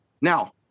Now